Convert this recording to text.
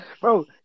Bro